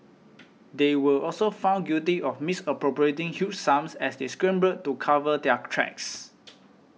they were also found guilty of misappropriating huge sums as they scrambled to cover their tracks